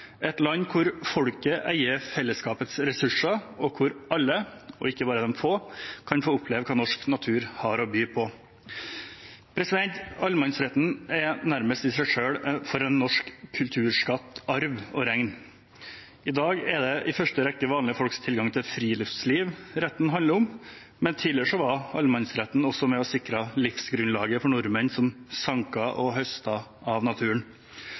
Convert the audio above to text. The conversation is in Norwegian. et land hvor folket eier fellesskapets ressurser, og hvor alle – ikke bare de få – kan få oppleve hva norsk natur har å by på. Allemannsretten er i seg selv nærmest for en norsk kulturskattarv å regne. I dag er det i første rekke vanlige folks tilgang til friluftsliv retten handler om, men tidligere var allemannsretten også med og sikret livsgrunnlaget for nordmenn som sanket og høstet av naturen.